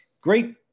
great